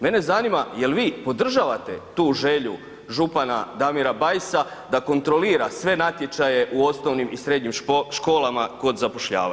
Mene zanima jel vi podržavate tu želju župana Damira Bajsa da kontrolira sve natječaje u osnovnim i srednjim školama kod zapošljavanja?